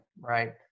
right